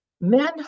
Men